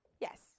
Yes